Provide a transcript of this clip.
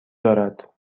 دارد